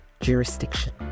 jurisdiction